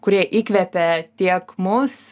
kurie įkvepia tiek mus